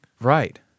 Right